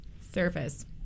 Surface